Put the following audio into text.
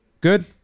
Good